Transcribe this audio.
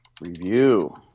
review